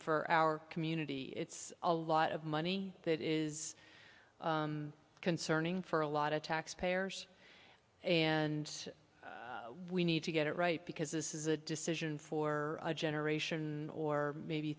for our community it's a lot of money that is concerning for a lot of taxpayers and we need to get it right because this is a decision for a generation or maybe